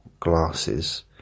glasses